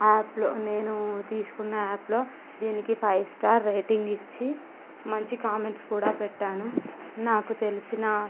ఆప్లో నేను తీసుకున్న యాప్లో దీనికి ఫైవ్ స్టార్ రేటింగ్ ఇచ్చి మంచి కామెంట్స్ కూడా పెట్టాను నాకు తెలిసిన